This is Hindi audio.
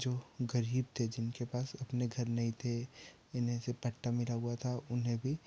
जो गरीब थे जिनके पास अपने घर नहीं थे इन्हें सिर्फ पट्टा मिला हुआ था उन्हें भी